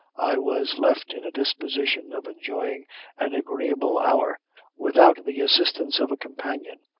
i was left in a disposition of enjoying an agreeable hour without the assistance of a companion,